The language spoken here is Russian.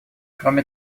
кроме